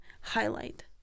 highlight